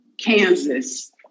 Kansas